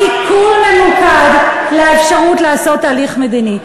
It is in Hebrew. סיכול ממוקד לאפשרות לעשות הליך מדיני.